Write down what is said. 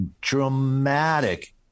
dramatic